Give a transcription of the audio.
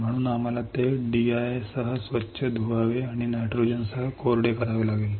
म्हणून आम्हाला ते D I सह स्वच्छ धुवावे आणि नायट्रोजनसह कोरडे करावे लागेल